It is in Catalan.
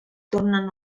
tornen